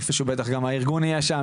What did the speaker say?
איפה שהוא בטח גם הארגון יהיה שם,